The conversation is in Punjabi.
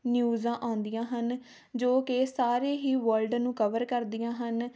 ਨਿਊਜ਼ਾਂ ਆਉਂਦੀਆਂ ਹਨ ਜੋ ਕਿ ਸਾਰੇ ਹੀ ਵਰਲਡ ਨੂੰ ਕਵਰ ਕਰਦੀਆਂ ਹਨ